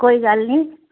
ਕੋਈ ਗੱਲ ਨਹੀਂ